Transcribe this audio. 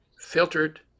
filtered